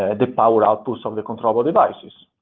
ah the power outputs of the controllable devices,